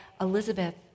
Elizabeth